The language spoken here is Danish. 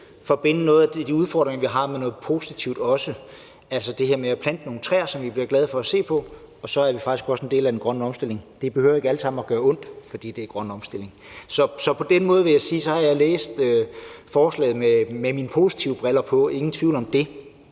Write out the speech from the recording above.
forbinde nogle af de udfordringer, vi har, med noget positivt? Det er det her med at plante nogle træer, som vi bliver glade af at se på, og så er det faktisk også en del af den grønne omstilling. Det behøver ikke alt sammen at gøre ondt, fordi det er en grøn omstilling. På den måde vil jeg sige, at jeg har læst forslaget med de positive briller på – ingen tvivl om det.